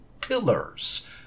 pillars